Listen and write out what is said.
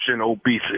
obesity